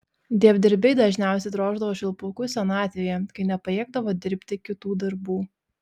dievdirbiai dažniausiai droždavo švilpukus senatvėje kai nepajėgdavo dirbti kitų darbų